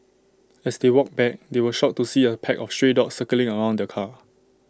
as they walked back they were shocked to see A pack of stray dogs circling around the car